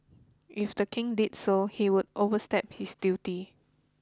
if the king did so he would overstep his duty